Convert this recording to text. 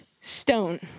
stone